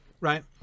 right